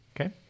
okay